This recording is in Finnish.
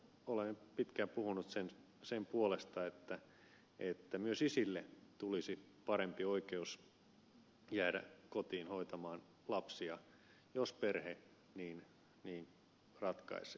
olen pitkään puhunut sen puolesta että myös isille tulisi parempi oikeus jäädä kotiin hoitamaan lapsia jos perhe niin ratkaisee